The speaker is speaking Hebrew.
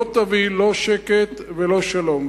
לא תביא לא שקט ולא שלום.